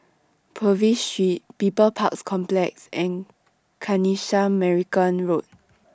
Purvis Street People's Park Complex and Kanisha Marican Road